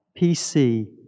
PC